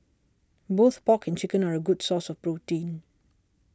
both pork and chicken are a good source of protein